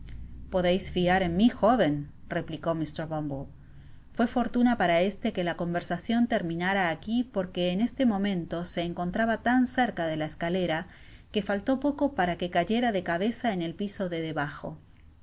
podeis fiar en mi joven replicó mr bumble fué fortuna para éste que la conversación terminará aqui porque en este momento se encontraba tan cerca de la escalera que faltó poco para que cayera de cabeza en el piso de debajo